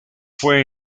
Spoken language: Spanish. fue